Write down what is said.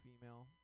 female